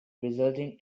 resulting